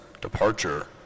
departure